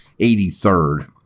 83rd